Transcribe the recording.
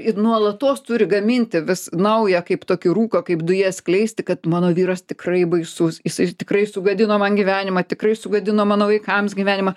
ir nuolatos turi gaminti vis naują kaip tokį rūką kaip dujas skleisti kad mano vyras tikrai baisus jisai tikrai sugadino man gyvenimą tikrai sugadino mano vaikams gyvenimą